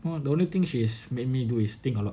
well the only thing she's made me do is think a lot